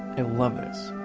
and love this.